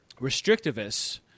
restrictivists